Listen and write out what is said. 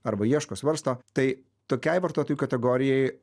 arba ieško svarsto tai tokiai vartotojų kategorijai